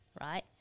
right